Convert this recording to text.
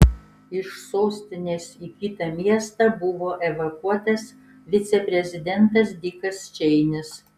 iš sostinės į kitą miestą buvo evakuotas viceprezidentas dikas čeinis